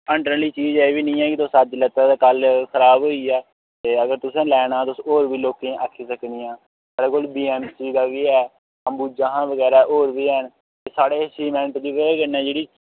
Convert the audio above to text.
हंडने आह्ली चीज ऐ एह् बी निं ऐ कि तुस अज्ज लैता ते कल्ल खराब होई गेआ ते अगर तुसें लैना ते तुस होर बी लोकें गी आक्खी सक्कनियां साढ़ी कोल बीएमसी दा बी ऐ अम्बुजा शा बगैरा होर बी हैन साढ़े सीमैंट दी बजह् कन्नै जेह्ड़ी